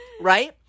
right